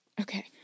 Okay